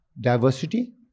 diversity